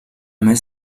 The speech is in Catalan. més